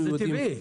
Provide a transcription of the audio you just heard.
זה טבעי.